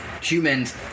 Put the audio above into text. humans